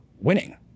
winning